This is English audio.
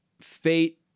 fate